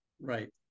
Right